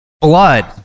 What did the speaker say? blood